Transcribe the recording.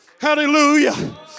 Hallelujah